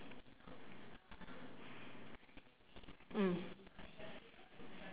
mm